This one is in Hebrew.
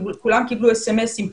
כולם קיבלו אס.אמ.אסים,